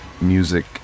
music